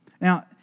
Now